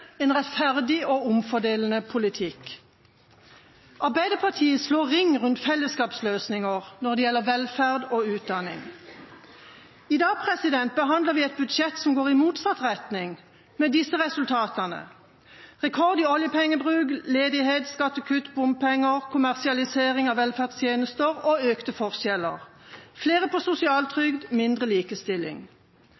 en rettferdig og omfordelende politikk. Arbeiderpartiet slår ring rundt fellesskapsløsninger når det gjelder velferd og utdanning. I dag behandler vi et budsjett som går i motsatt retning – med disse resultatene: rekord i oljepengebruk, ledighet, skattekutt, bompenger, kommersialisering av velferdstjenester og økte forskjeller, flere på sosial